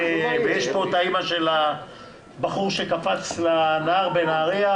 ויש פה האימא של הבחור שקפץ לנהר בנהרייה,